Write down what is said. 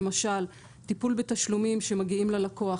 למשל טיפול בתשלומים שמגיעים ללקוח,